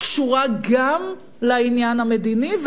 קשורה גם לעניין המדיני,